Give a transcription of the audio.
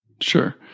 Sure